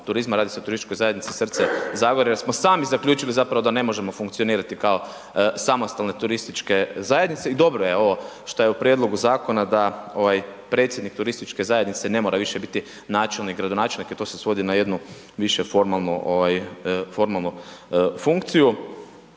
turizma, radi se o Turističkoj zajednici Srce Zagorja jer smo sami zaključili zapravo da ne možemo funkcionirati kao samostalne turističke zajednice i dobro je ovo šta je u prijedlogu zakona da ovaj predsjednik turističke zajednice ne mora više biti načelnik, gradonačelnik i to se svodi na jednu više formalnu funkciju.